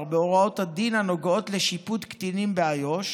בהוראות הדין הנוגעות לשיפוט קטינים באיו"ש